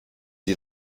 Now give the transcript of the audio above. die